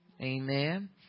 amen